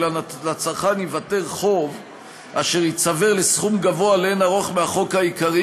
כי לצרכן ייוותר חוב אשר ייצבר לסכום גבוה לאין-ערוך מהחוב העיקרי,